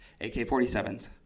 ak-47s